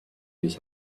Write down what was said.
his